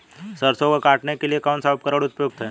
सरसों को काटने के लिये कौन सा उपकरण उपयुक्त है?